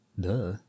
Duh